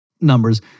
numbers